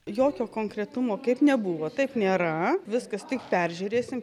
jokio konkretumo kaip nebuvo taip nėra viskas tik peržiūrėsim